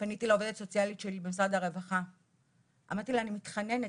פניתי לעובדת הסוציאלית שלי במשרד הרווחה ואמרתי לה "..אני מתחננת,